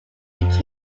inge